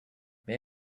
may